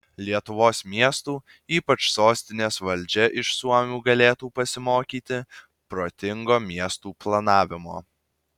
lietuvos miestų ypač sostinės valdžia iš suomių galėtų pasimokyti protingo miestų planavimo